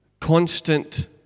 constant